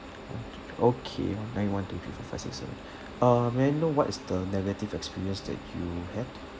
oh okay one nine one two three four five six seven uh may I know what is the negative experience that you had